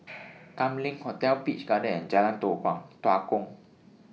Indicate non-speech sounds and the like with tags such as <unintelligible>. Kam Leng Hotel Peach Garden and Jalan Tua <unintelligible> Tua Kong